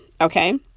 Okay